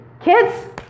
Kids